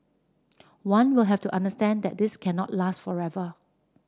one will have to understand that this cannot last forever